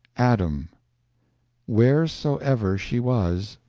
adam wheresoever she was,